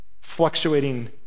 fluctuating